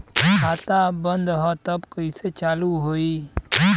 खाता बंद ह तब कईसे चालू होई?